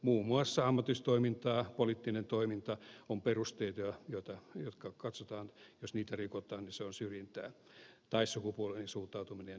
muun muassa ammattiyhdistystoiminta poliittinen toiminta tai sukupuolinen suuntautuminen ja niin poispäin ovat perusteita joista katsotaan että jos niitä rikotaan se on syrjintää